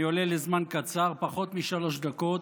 אני עולה לזמן קצר, פחות משלוש דקות,